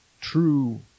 true